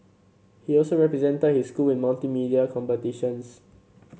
he also represented his school in multimedia competitions